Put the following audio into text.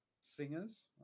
singers